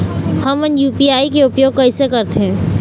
हमन यू.पी.आई के उपयोग कैसे करथें?